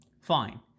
Fine